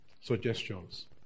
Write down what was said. suggestions